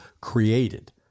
created